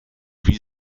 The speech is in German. wie